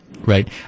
right